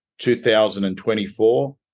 2024